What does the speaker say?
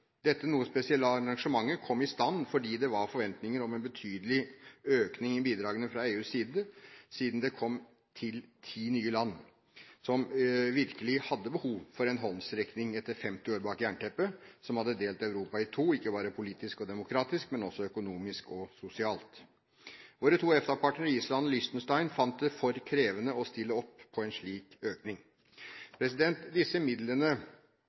Dette noe spesielle arrangementet kom i stand fordi det var forventninger om en betydelig økning i bidragene fra EUs side, siden det kom til ti nye land som virkelig hadde behov for en håndsrekning etter 50 år bak jernteppet, som hadde delt Europa i to, ikke bare politisk og demokratisk, men også økonomisk og sosialt. Våre to EFTA-partnere, Island og Liechtenstein, fant det for krevende å stille opp på en slik økning. Disse midlene